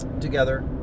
together